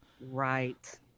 Right